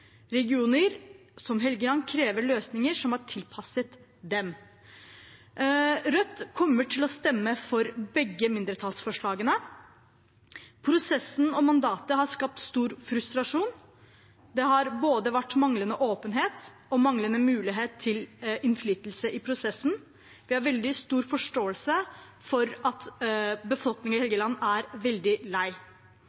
Regioner som Helgeland krever løsninger tilpasset dem. Rødt kommer til å stemme for begge mindretallsforslagene. Prosessen og mandatet har skapt stor frustrasjon. Det har vært både manglende åpenhet og manglende mulighet til innflytelse i prosessen. Vi har veldig stor forståelse for at